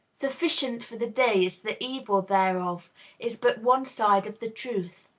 sufficient for the day is the evil thereof is but one side of the truth.